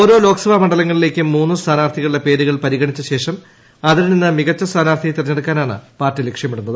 ഓരോ ലോക്സഭാ മണ്ഡലങ്ങളിലേയ്ക്കും മൂന്നു സ്ഥാനാർത്ഥികളുടെ പേരുകൾ പരിഗണിച്ച ശേഷം അതിൽ നിന്ന് മികച്ച സ്ഥാനാർത്ഥിയെ തെരഞ്ഞെടുക്കാനാണ് പാർട്ടി ലക്ഷ്യമിടുന്നത്